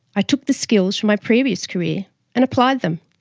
i took the skills from my previous career and applied them.